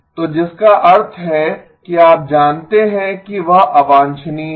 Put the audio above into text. तो जिसका अर्थ है कि आप जानते हैं कि वह अवांछनीय है